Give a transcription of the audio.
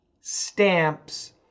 stamps